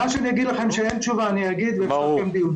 מה שאין תשובה אני אגיד לכם.